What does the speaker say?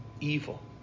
evil